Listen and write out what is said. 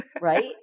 right